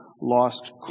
lost